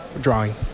drawing